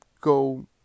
go